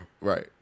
Right